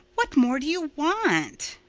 what more do you want?